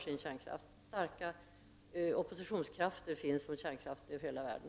Starka oppositionskrafter finns mot kärnkraften över hela världen.